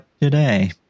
today